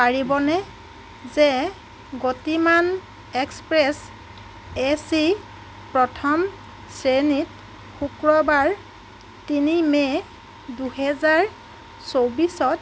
পাৰিবনে যে Gatimaan express AC প্ৰথম শ্ৰেণীত শুক্ৰবাৰ তিনি মে' দুহেজাৰ চৌব্বিছত